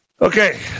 Okay